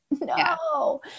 no